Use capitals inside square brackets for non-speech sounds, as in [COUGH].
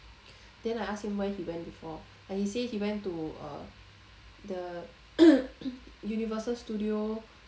then I asked him where he went before like he said he went to uh the [COUGHS] Universal Studio